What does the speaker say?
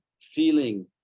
feeling